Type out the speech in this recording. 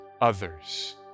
others